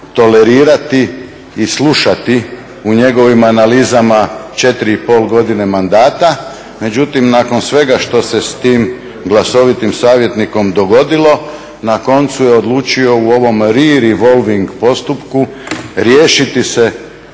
tolerirati i slušati u njegovim analizama 4,5 godine mandata. Međutim nakon svega što se s tim glasovitim savjetnikom dogodilo, na koncu je odlučio u ovom … revolving postupku riješiti se